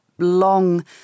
long